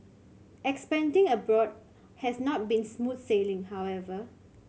expanding abroad has not been smooth sailing however